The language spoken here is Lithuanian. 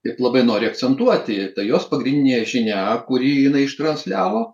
taip labai nori akcentuoti tai jos pagrindinė žinia kurį jinai ištransliavo